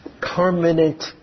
Permanent